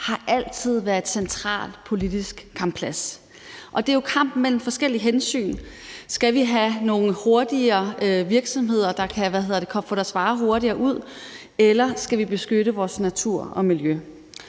har altid været en central politisk kamp. Det er jo kampen mellem forskellige hensyn: Skal vi have nogle hurtige virksomheder, der kan få deres varer hurtigere ud, eller skal vi beskytte vores natur og miljø?